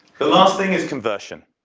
the last thing is conversion.